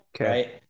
okay